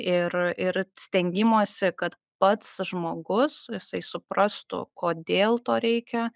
ir ir stengimosi kad pats žmogus jisai suprastų kodėl to reikia